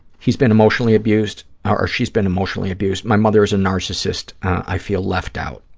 he's been emotionally abused, or she's been emotionally abused. my mother is a narcissist. i feel left out.